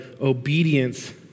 obedience